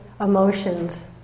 emotions